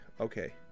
okay